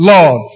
Lord